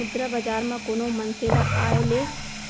मुद्रा बजार म कोनो मनसे ल आय ऐ